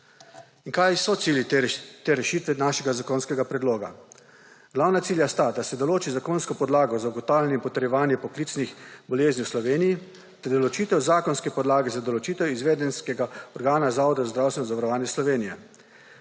Kaj so cilji te rešitve našega zakonskega predloga? Glavna cilja sta, da se določi zakonska podlaga za ugotavljanje in potrjevanje poklicnih bolezni v Sloveniji ter določitev zakonskih podlag za določitev izvedenskega organa Zavoda za zdravstveno zavarovanje Slovenije.